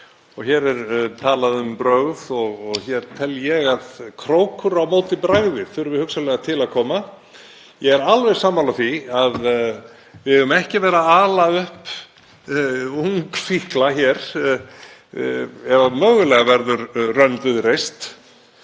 Hér er talað um brögð og hér tel ég að krókur á móti bragði þurfi hugsanlega til að koma. Ég er alveg sammála því að við eigum ekki að vera að ala upp ungfíkla hér ef mögulega verður rönd við reist.